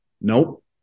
Nope